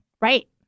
right